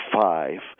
five